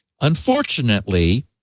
unfortunately